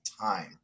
time